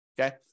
Okay